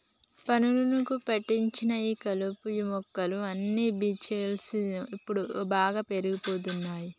పనులను పెట్టించి ఈ కలుపు మొక్కలు అన్ని బిగించాల్సింది ఇప్పుడు బాగా పెరిగిపోతున్నాయి